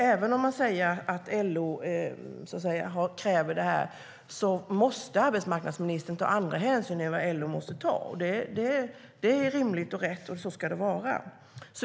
Även om man säger att LO kräver detta måste arbetsmarknadsministern ta andra hänsyn än till LO. Det är rimligt och rätt, och så ska det vara.